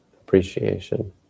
appreciation